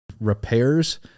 repairs